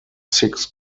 six